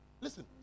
Listen